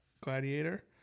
gladiator